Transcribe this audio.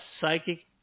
psychic